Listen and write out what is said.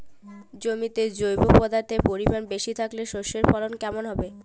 জমিতে জৈব পদার্থের পরিমাণ বেশি থাকলে শস্যর ফলন কেমন হবে?